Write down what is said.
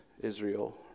Israel